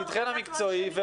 תפקידכן המקצועי --- לא,